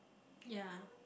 ya